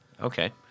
Okay